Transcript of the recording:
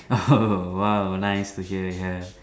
!oho! !wow! nice to hear ya